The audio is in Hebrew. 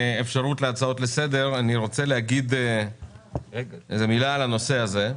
הצעות לסדר אני רוצה לומר מילה בנושא.